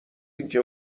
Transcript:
اینکه